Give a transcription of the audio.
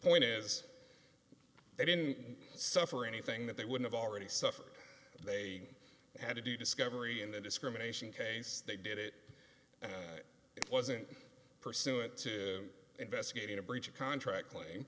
point is they didn't suffer anything that they would have already suffered they had to do discovery in the discrimination case they did it and it wasn't pursuant to investigating a breach of contract claim